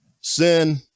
sin